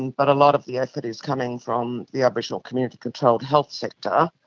and but a lot of the effort is coming from the aboriginal community controlled health sector.